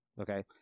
Okay